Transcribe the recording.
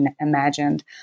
imagined